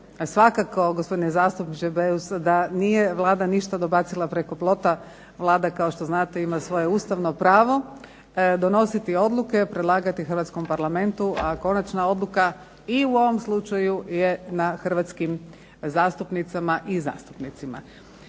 Svakako gospodine zastupniče Beus da nije Vlada ništa dobacila preko plota, Vlada kao što znate imate svoje ustavno pravo donositi odluke, predlagati hrvatskom Parlamentu, a konačna odluka i u ovom slučaju je na hrvatskim zastupnicama i zastupnicima.